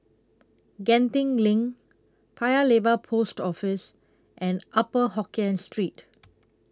Genting LINK Paya Lebar Post Office and Upper Hokkien Street